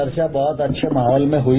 चर्चा बहुत अच्छे माहौल में हुई